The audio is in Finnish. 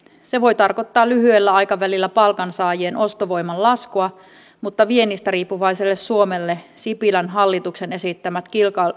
se voi tarkoittaa lyhyellä aikavälillä palkansaajien ostovoiman laskua mutta viennistä riippuvaiselle suomelle sipilän hallituksen esittämät